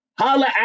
Holla